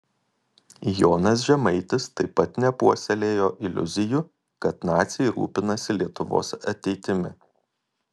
jonas žemaitis taip pat nepuoselėjo iliuzijų kad naciai rūpinasi lietuvos ateitimi